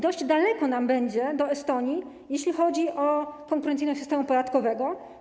Dość daleko nam będzie do Estonii, jeśli chodzi o konkurencyjność systemu podatkowego.